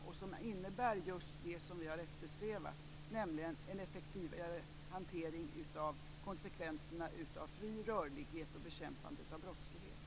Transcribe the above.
Det innebär just det vi har eftersträvat, nämligen en effektivare hantering av konsekvenserna av fri rörlighet och bekämpande av brottslighet.